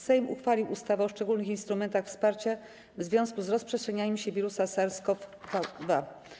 Sejm uchwalił ustawę o szczególnych instrumentach wsparcia w związku z rozprzestrzenianiem się wirusa SARS-CoV-2.